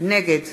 נגד